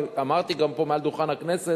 אני אמרתי גם פה, מעל דוכן הכנסת,